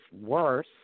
worse